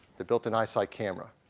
the built-in isight camera.